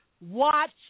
watch